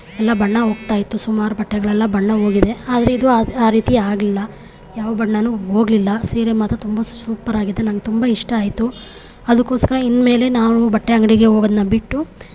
ಎಲ್ಲ ಬಣ್ಣ ಹೋಗ್ತಾಯಿತ್ತು ಸುಮಾರು ಬಟ್ಟೆಗಳು ಎಲ್ಲ ಬಣ್ಣ ಹೋಗಿದೆ ಆದರೆ ಇದು ಆ ಆ ರೀತಿ ಆಗಲಿಲ್ಲ ಯಾವ ಬಣ್ಣವೂ ಹೋಗ್ಲಿಲ್ಲ ಸೀರೆ ಮಾತ್ರ ತುಂಬ ಸೂಪರ್ ಆಗಿದೆ ನಂಗೆ ತುಂಬ ಇಷ್ಟ ಆಯಿತು ಅದಕ್ಕೋಸ್ಕರ ಇನ್ಮೇಲೆ ನಾವು ಬಟ್ಟೆ ಅಂಗಡಿಗೆ ಹೋಗೋದನ್ನು ಬಿಟ್ಟು